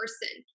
person